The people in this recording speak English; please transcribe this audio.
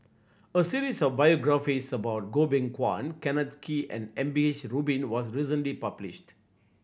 a series of biographies about Goh Beng Kwan Kenneth Kee and M P H Rubin was recently published